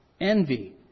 envy